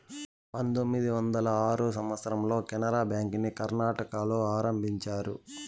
పంతొమ్మిది వందల ఆరో సంవచ్చరంలో కెనరా బ్యాంకుని కర్ణాటకలో ఆరంభించారు